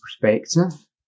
perspective